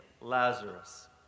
Lazarus